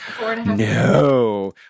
No